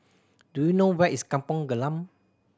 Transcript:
do you know where is Kampong Glam